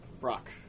Brock